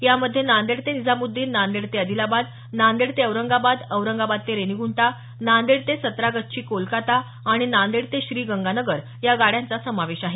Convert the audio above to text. यामध्ये नांदेड ते निझामुद्दीन नांदेड ते आदिलाबाद नांदेड ते औरंगाबाद औरंगाबाद ते रेनीगुंटा नांदेड ते सत्रागच्ची कोलकाता आणि नांदेड ते श्री गंगानगर या गाड्यांचा समावेश आहे